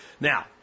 Now